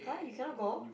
!huh! you cannot go